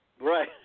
Right